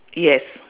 yes